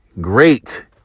great